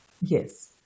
Yes